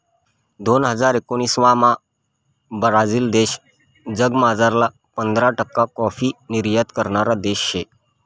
दोन हजार एकोणाविसमा ब्राझील देश जगमझारला पंधरा टक्का काॅफी निर्यात करणारा देश शे